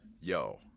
yo